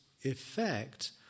effect